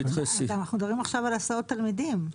אנחנו מדברים עכשיו על הסעות תלמידים.